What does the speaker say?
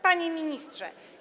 Panie Ministrze!